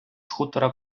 хутора